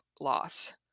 loss